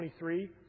23